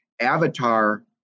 Avatar